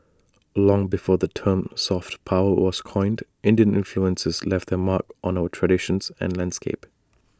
long before the term soft power was coined Indian influences left their mark on our traditions and landscape